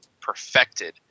perfected